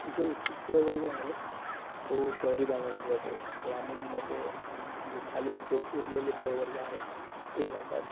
जो उचित प्रवर्ग आहे तो शहरी भागामध्ये जातो ग्रामीणमध्ये जो खालील जो उरलेले प्रवर्ग आहेत ते जातात